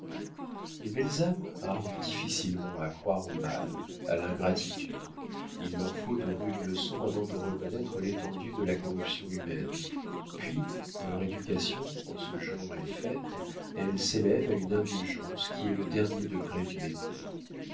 les belles âmes arrivent difficilement à croire au mal à l'ingratitude il leur faut de rudes leçons avant de reconnaître l'étendue de la corruption humaine puis quand leur éducation en ce genre est faite elles s'élèvent à une indulgence qui est le dernier degré du mépris